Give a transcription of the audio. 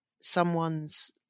someone's